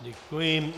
Děkuji.